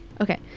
Okay